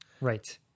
right